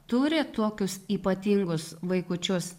turi tokius ypatingus vaikučius